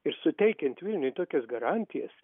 ir suteikiant vilniui tokias garantijas